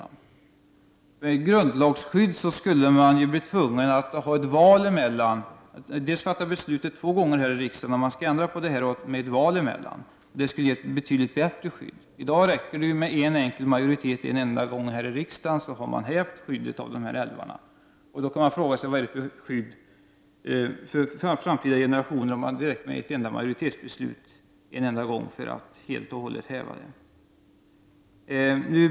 Med ett grundlagsskydd skulle man ju vara tvungen att dels här i riksdagen fatta beslut om utbyggnad av dessa älvar två gånger, dels ha ett val emellan besluten. Detta skulle ge älvarna ett betydligt bättre skydd. I dag räcker det ju med en enkel majoritet en enda gång här i riksdagen för att man skall ha hävt skyddet av älvarna. Man kan fråga sig vad det är för skydd för framtida generationer om man med ett enda majoritetsbeslut en enda gång helt och hållet kan häva skyddet.